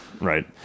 right